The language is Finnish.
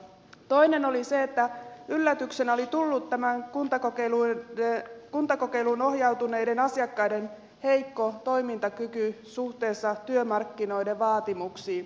toinen oli se että yllätyksenä oli tullut tämän kuntakokeiluun ohjautuneiden asiakkaiden heikko toimintakyky suhteessa työmarkkinoiden vaatimuksiin